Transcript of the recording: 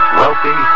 wealthy